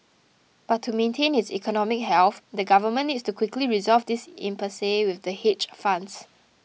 but to maintain its economic health the government needs to quickly resolve this impasse with the hedge funds